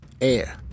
Air